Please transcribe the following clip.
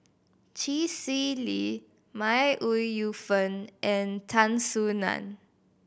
Chee Swee Lee May Ooi Yu Fen and Tan Soo Nan